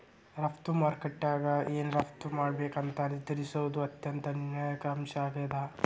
ರಫ್ತು ಮಾರುಕಟ್ಯಾಗ ಏನ್ ರಫ್ತ್ ಮಾಡ್ಬೇಕಂತ ನಿರ್ಧರಿಸೋದ್ ಅತ್ಯಂತ ನಿರ್ಣಾಯಕ ಅಂಶ ಆಗೇದ